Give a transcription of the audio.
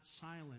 silent